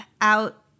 out